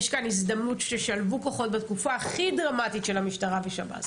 יש כאן הזדמנות שתשלבו כוחות בתקופה הכי דרמטית של המשטרה ושב"ס,